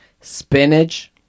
spinach